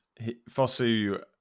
Fosu